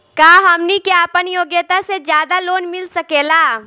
का हमनी के आपन योग्यता से ज्यादा लोन मिल सकेला?